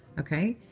ok.